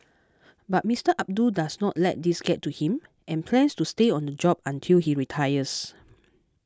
but Mister Abdul does not let these get to him and plans to stay on the job until he retires